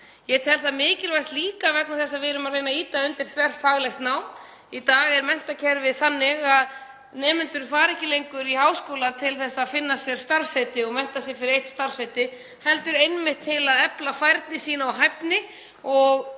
Ég tel það líka mikilvægt vegna þess að við erum að reyna að ýta undir þverfaglegt nám. Í dag er menntakerfið þannig að nemendur fara ekki lengur í háskóla til að finna sér starfsheiti og mennta sig fyrir eitt starfsheiti heldur einmitt til að efla færni sína og hæfni og